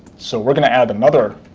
so, we're going to add another